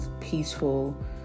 peaceful